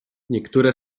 niektóre